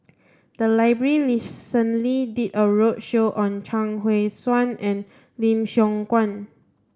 the library recently did a roadshow on Chuang Hui Tsuan and Lim Siong Guan